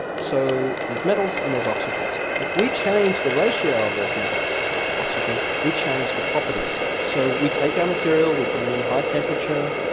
so there's metals and there's oxygens. if we change the ratio of those metals to oxygens, we change the properties. so, we take our material, we put it in high temperature,